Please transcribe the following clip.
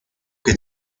que